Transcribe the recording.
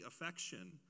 affection